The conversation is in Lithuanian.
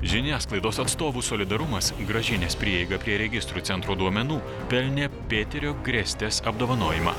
žiniasklaidos atstovų solidarumas grąžinęs prieigą prie registrų centro duomenų pelnė pėterio grėstės apdovanojimą